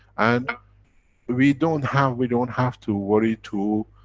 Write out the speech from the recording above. and we don't have, we don't have to worry to,